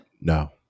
no